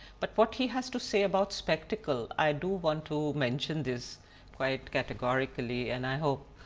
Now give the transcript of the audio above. but what he has to say about spectacle, i do want to mention this quite categorically, and i hope